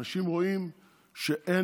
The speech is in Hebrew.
אנשים רואים שאין